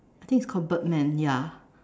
I think it's called Birdman ya